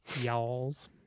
y'all's